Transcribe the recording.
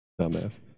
Dumbass